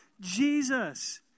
Jesus